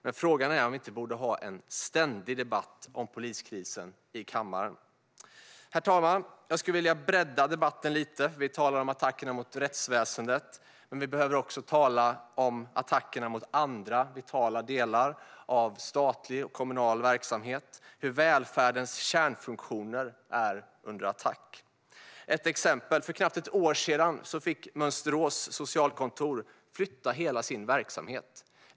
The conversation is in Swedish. Men frågan är om vi inte borde ha en ständig debatt i kammaren om poliskrisen. Herr talman! Jag skulle vilja bredda debatten lite. Vi talar om attackerna mot rättsväsendet, men vi behöver också tala om attackerna mot andra vitala delar av statlig och kommunal verksamhet och om hur välfärdens kärnfunktioner är under attack. Jag ska ge ett exempel: För knappt ett år sedan fick Mönsterås socialkontor flytta hela sin verksamhet.